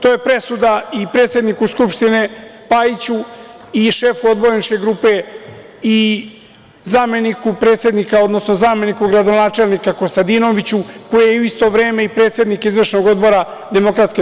To je presuda i predsedniku skupštine Pajiću i šefu odborničke grupe i zameniku predsednika, odnosno zameniku gradonačelnika Kostadinoviću koji je u isto vreme i predsednik Izvršnog odbora DS.